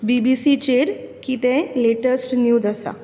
बी B सीचेर कितें latest news आसा